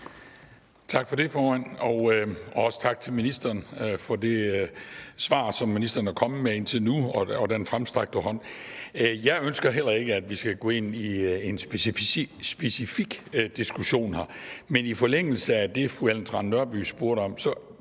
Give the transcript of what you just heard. Tak for det, formand, og også tak til ministeren for de svar, som ministeren er kommet med indtil nu, og den fremstrakte hånd. Jeg ønsker heller ikke, at vi skal gå ind i en specifik diskussion her. Men i forlængelse af det, fru Ellen Trane Nørby spurgte om, kunne